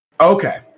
Okay